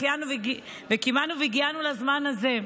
שהחיינו וקיימנו והגיענו לזמן הזה.